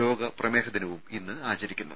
ലോക പ്രമേഹ ദിനവും ഇന്ന് ആചരിക്കുന്നു